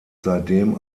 seitdem